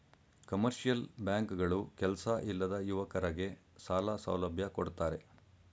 commercial bank ಗಳು ಕೆಲ್ಸ ಇಲ್ಲದ ಯುವಕರಗೆ ಸಾಲ ಸೌಲಭ್ಯ ಕೊಡ್ತಾರೆ